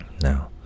Now